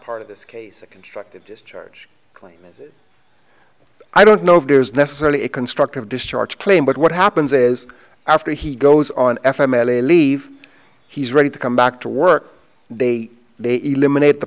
part of this case a constructive discharge claim is it i don't know if there's necessarily a constructive discharge claim but what happens is after he goes on f e m a leave he's ready to come back to work they they eliminate the